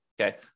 okay